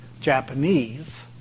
Japanese